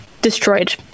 Destroyed